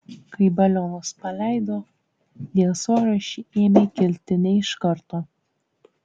kai balionus paleido dėl svorio šie ėmė kilti ne iš karto